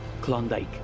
Klondike